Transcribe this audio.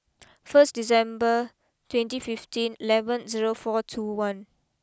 first December twenty fifteen eleven zero four two one